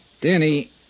Danny